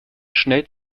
schnell